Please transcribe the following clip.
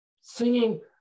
singing